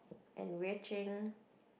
enriching